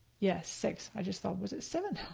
yes, six, i just thought, was it seven?